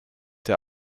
der